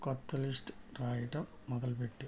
కొత్త లిస్ట్ రాయడం మొదలుపెట్టు